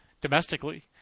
domestically